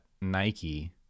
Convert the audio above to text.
Nike